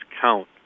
count